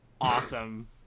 Awesome